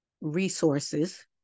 resources